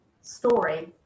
story